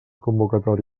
convocatòria